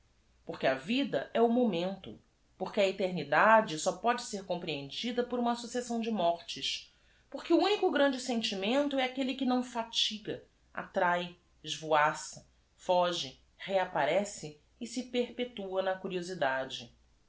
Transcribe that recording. porque orque a vida é o momento por que a eteruidade só pode ser eomprelieudida por uma successão de mortes porque o único grande sen t i m e n t o é aquelle que não fatiga attrahe esvoaça foge reapparece e se perpetua na curiosidade